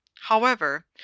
However